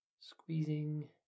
squeezing